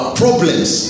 problems